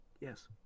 Yes